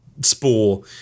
Spore